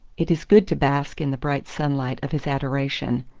it is good to bask in the bright sunlight of his adoration!